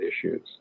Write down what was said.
issues